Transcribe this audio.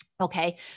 Okay